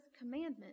commandment